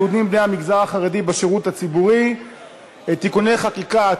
יהודים בני המגזר החרדי בשירות הציבורי (תיקוני חקיקה),